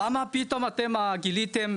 "למה פתאום אתם גיליתם?